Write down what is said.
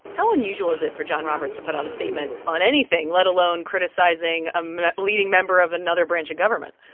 how unusual is it for john roberts to put out a statement on anything, let alone criticizing ah a leading member of another branch of government?